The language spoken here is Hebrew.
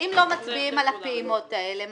מה קורה אם לא מצביעים על הפעימות האלה?